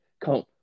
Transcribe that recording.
Come